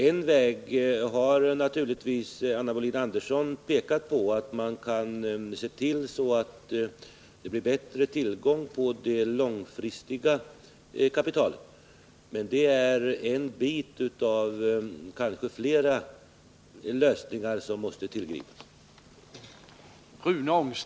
En väg har naturligtvis Anna Wohlin-Andersson pekat på - man kan se till att det blir bättre tillgång på långfristigt kapital. Men det är en av kanske flera lösningar som måste tillgripas.